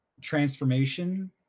transformation